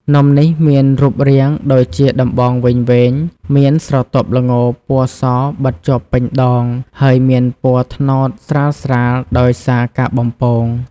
នំនេះមានរូបរាងដូចជាដំបងវែងៗ មានស្រទាប់ល្ងរពណ៌សបិតជាប់ពេញដង ហើយមានពណ៌ត្នោតស្រាលៗដោយសារការបំពង។